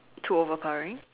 too overpowering